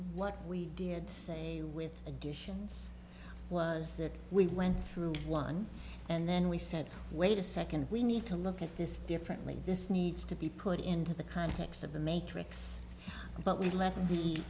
what we did say with additions was that we went through one and then we said wait a second we need to look at this differently this needs to be put into the context of the matrix but we let them